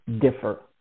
differ